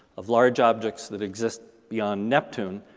of large objects that exist beyond neptune,